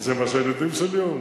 זה מה שהילדים שלי אומרים.